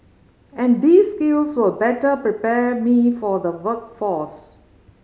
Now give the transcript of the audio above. and these skills will better prepare me for the workforce